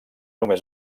només